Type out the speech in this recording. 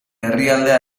herrialdea